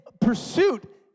pursuit